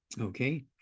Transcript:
okay